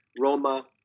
Roma